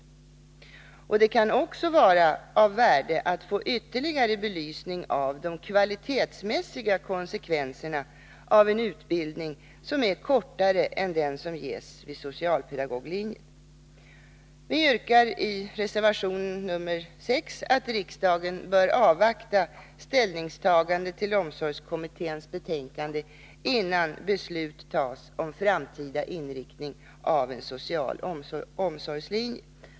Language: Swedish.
Det kan också vara av värde att få ytterligare belysning av de kvalitetsmässiga konsekvenserna av en utbildning som är kortare än den som ges vid socialpedagoglinjen. Vi yrkar i reservation nr 6 att riksdagen bör avvakta ställningstagandena till omsorgskommitténs betänkande innan beslut tas om framtida inriktning av en social omsorgslinje.